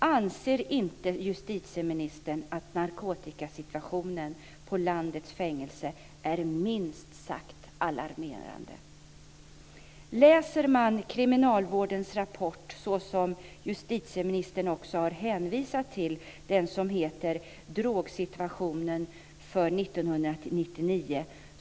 Anser inte justitieministern att narkotikasituationen på landets fängelser är minst sagt alarmerande? Man kan läsa kriminalvårdens rapport om drogsituationen för 1999, som justitieministern också har hänvisat till.